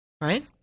right